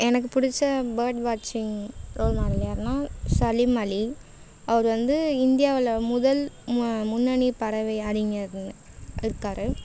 எனக்கு பிடிச்ச பேர்ட் வாட்ச்சிங் ரோல் மாடல் யாருன்னால் சலீம் அலி அவர் வந்து இந்தியாவில் முதல் ம முன்னணி பறவை அறிஞர்னு இருக்கார்